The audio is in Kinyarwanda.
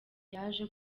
yaje